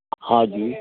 હા જી